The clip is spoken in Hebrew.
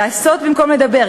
לעשות במקום לדבר.